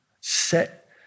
set